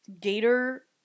Gator